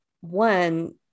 one